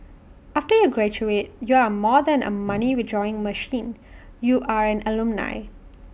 after you graduate you are more than A money withdrawing machine you are an alumni